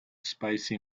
spicy